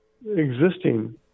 existing